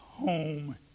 home